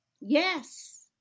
Yes